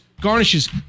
garnishes